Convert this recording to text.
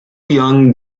young